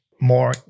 more